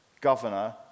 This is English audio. governor